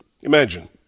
Imagine